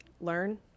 learn